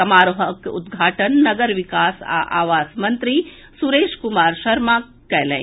समारोहक उद्घाटन नगर विकास आ आवास मंत्री सुरेश कुमार शर्मा कएलनि